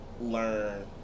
learn